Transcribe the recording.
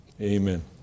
Amen